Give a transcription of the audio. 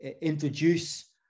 introduce